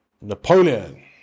Napoleon